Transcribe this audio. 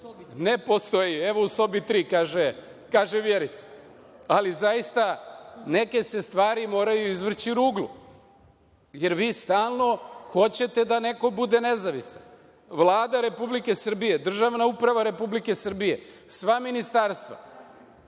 U sobi 3.)Evo, u sobi 3, kaže Vjerica. Ali, zaista, neke se stvari moraju izvrći ruglu, jer vi stalno hoćete da neko bude nezavisan. Vlada Republike Srbije, državna uprava Republike Srbije, sva ministarstva